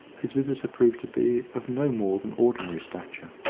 his visitor proved to be of no more than ordinary stature.